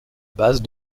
base